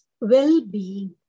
well-being